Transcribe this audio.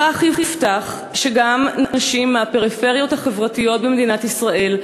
בכך יובטח שגם נשים מהפריפריות החברתיות במדינת ישראל,